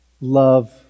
love